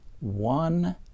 one